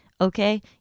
Okay